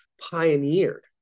pioneered